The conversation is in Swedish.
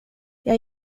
jag